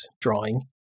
drawing